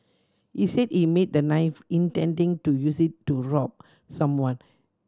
he said he made the knife intending to use it to rob someone